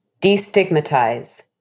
destigmatize